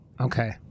okay